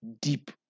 deep